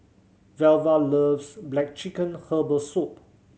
Velva loves black chicken herbal soup